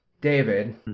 David